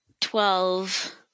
twelve